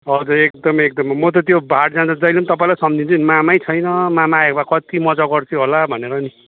हजुर एकदमै एकदमै म त त्यो हाट जाँदा जैले पनि तपाईँलाई सम्झिन्छु नि मामै छैन मामा आएको भए कत्ति मजा गर्थ्यो होला भनेर नि